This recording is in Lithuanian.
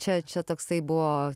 čia čia toksai buvo